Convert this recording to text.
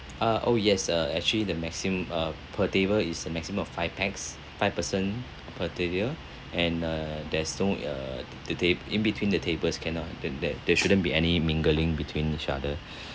uh oh yes uh actually the maxim~ uh per table is a maximum of five pax five person per table and uh there's no uh the ta~ in between the tables cannot that that there shouldn't be any mingling between each other